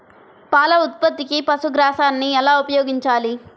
పాల ఉత్పత్తికి పశుగ్రాసాన్ని ఎలా ఉపయోగించాలి?